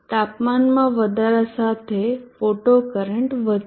તાપમાનમાં વધારા સાથે ફોટો કરંટ વધશે